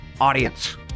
audience